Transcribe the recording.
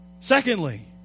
Secondly